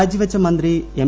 രാജിവച്ച മന്ത്രി എം